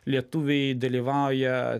lietuviai dalyvauja